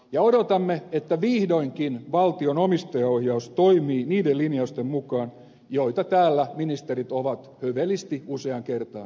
ja odotamme että vihdoinkin valtion omistajaohjaus toimii niiden linjausten mukaan joita täällä ministerit ovat hövelisti useaan kertaan esitelleet